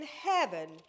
heaven